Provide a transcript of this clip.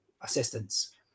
assistance